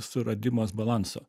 suradimas balanso